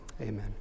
amen